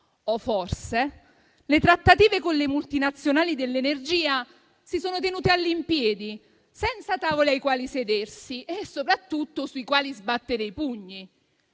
O forse le trattative con le multinazionali dell'energia si sono tenute in piedi, senza tavoli ai quali sedersi e soprattutto sui quali sbattere i pugni.